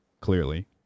Clearly